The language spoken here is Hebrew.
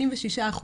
66%